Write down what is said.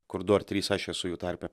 kur du ar trys aš esu jų tarpe